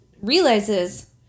realizes